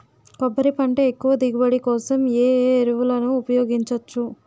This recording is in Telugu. కొబ్బరి పంట ఎక్కువ దిగుబడి కోసం ఏ ఏ ఎరువులను ఉపయోగించచ్చు?